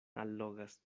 allogas